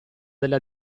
della